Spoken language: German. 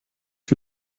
für